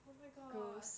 oh my god